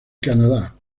canadá